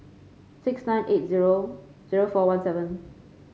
six nine eight zero zero four one seven